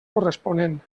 corresponent